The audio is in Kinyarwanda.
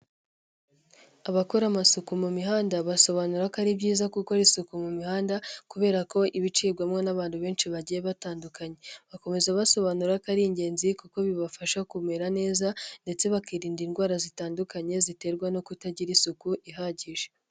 Abakora amasuku mu mihanda basobanura ko ari byiza kuko isuku mu mihanda kubera ko iba icibwamo n'abantu benshi bagiye batandukanye, bakomeza basobanura ko ari ingenzi kuko bibafasha kumera neza ndetse bakirinda indwara zitandukanye ziterwa no kutagira isuku ihagije.